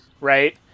right